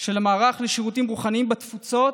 של המערך לשירותים רוחניים בתפוצות,